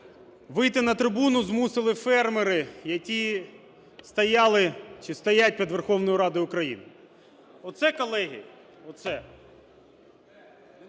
вийти на трибуну змусили фермери, які стояли чи стоять під Верховною Радою України. Оце, колеги, оце,